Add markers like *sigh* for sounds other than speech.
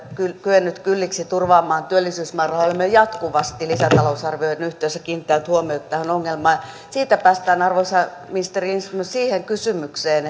kyennyt kylliksi turvaamaan työllisyysmäärärahoja me olemme jatkuvasti lisätalousarvioiden yhteydessä kiinnittäneet huomiota tähän ongelmaan siitä päästään arvoisa ministeri lindström siihen kysymykseen *unintelligible*